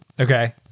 okay